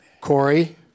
Corey